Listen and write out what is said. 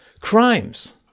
crimes